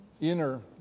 inner